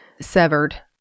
severed